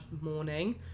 morning